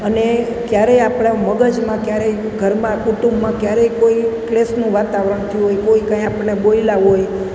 અને ક્યારેય આપણાં મગજમાં ક્યારેય ઘરમાં કુટુંબમાં ક્યારેય કોઈ કલેશનું વાતાવરણ થયું હોય કોઈ કાંઈ આપણને બોલ્યા હોય